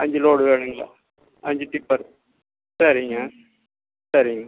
அஞ்சு லோடு வேணும்ங்களா அஞ்சு டிப்பர் சரிங்க சரிங்க